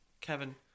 Kevin